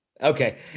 Okay